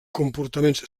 comportaments